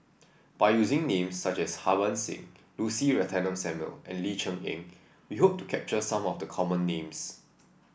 by using names such as Harbans Singh Lucy Ratnammah Samuel and Ling Cher Eng we hope to capture some of the common names